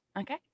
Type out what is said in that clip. Okay